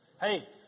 Hey